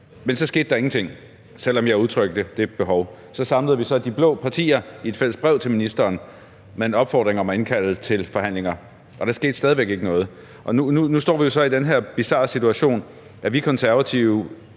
Men så skete der ingenting, selv om jeg udtrykte det behov. Så samlede vi de blå partier i et fælles brev til ministeren med en opfordring til at indkalde til forhandlinger, og der skete stadig væk ikke noget. Og nu står vi jo så i den her bizarre situation, at vi Konservative